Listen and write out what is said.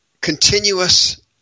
continuous